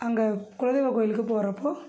அங்கே குலதெய்வக்கோயிலுக்கு போகறப்போ